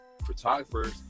Photographers